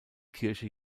kirche